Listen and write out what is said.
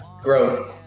growth